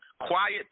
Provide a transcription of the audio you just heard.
quiet